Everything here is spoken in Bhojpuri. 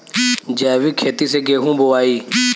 जैविक खेती से गेहूँ बोवाई